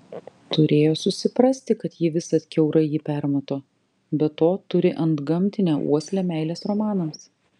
turėjo susiprasti kad ji visad kiaurai jį permato be to turi antgamtinę uoslę meilės romanams